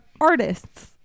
artists